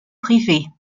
privée